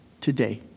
today